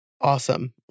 Awesome